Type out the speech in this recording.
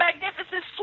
magnificent